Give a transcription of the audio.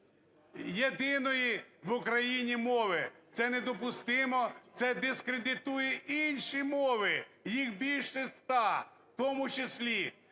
…єдиною в Україні мовою. Це недопустимо, це дискредитує інші мови, їх більше ста, в тому числі